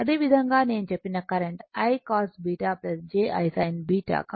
అదేవిధంగా నేను చెప్పిన current I cos β j I sin β